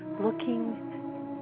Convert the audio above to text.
looking